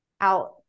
out